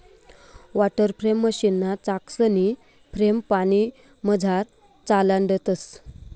water frame मशीनना चाकसनी frame पानीमझार चालाडतंस